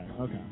okay